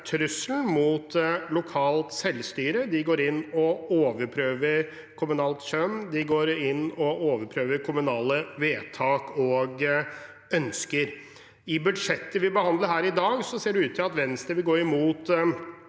trusselen mot lokalt selvstyre. De går inn og overprøver kommunalt skjønn. De går inn og overprøver kommunale vedtak og ønsker. I budsjettet vi behandler her i dag, ser det ut til at Venstre vil gå imot